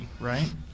right